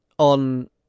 on